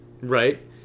right